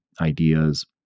ideas